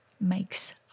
makes